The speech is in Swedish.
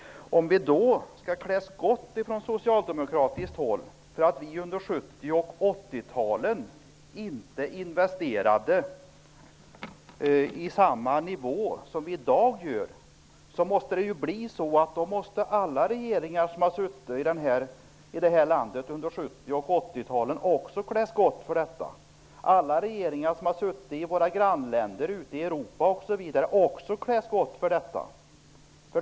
Om vi Socialdemokrater skall klä skott för att vi under 70 och 80-talen inte investerade lika mycket som vi gör i dag, måste ju alla regeringar här i landet under 70 och 80-talen klä skott för detta, likaså alla regeringar som har suttit i våra grannländer, ute i Europa, osv.